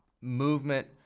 movement